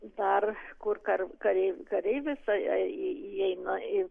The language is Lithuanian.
dar kur kar kareiv kareivis įeina į